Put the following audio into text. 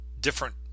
different